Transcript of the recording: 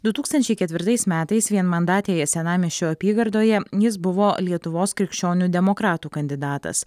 du tūkstančiai ketvirtais metais vienmandatėje senamiesčio apygardoje jis buvo lietuvos krikščionių demokratų kandidatas